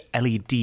LED